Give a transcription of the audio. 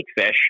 fish